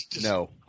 No